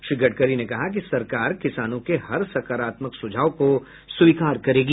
श्री गडकरी ने कहा कि सरकार किसानों के हर सकारात्मक सुझाव को स्वीकार करेगी